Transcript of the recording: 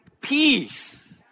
peace